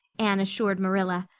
anne assured marilla.